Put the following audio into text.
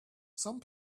some